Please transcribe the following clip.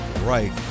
right